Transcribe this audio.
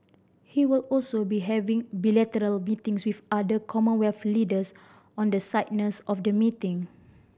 he will also be having bilateral meetings with other Commonwealth leaders on the sidelines of the meeting